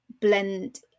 blend